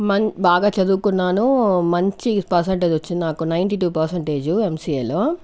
మహా బాగా చదువుకున్నాను మంచి పర్సెంటేజ్ వచ్చింది నాకు నైంటీ టు పర్సెంటేజ్ ఎంసిఏ లో